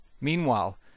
Meanwhile